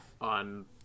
On